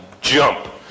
jump